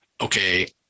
okay